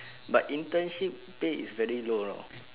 but internship pay is very low lor